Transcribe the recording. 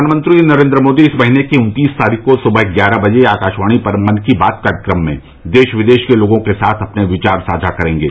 प्रधानमंत्री नरेन्द्र मोदी इस महीने की उन्तीस तारीख को सुबह ग्यारह बजे आकाशवाणी पर मन की बात कार्यक्रम में देश विदेश के लोगों के साथ अपने विचार साझा करेंगे